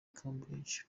cambridge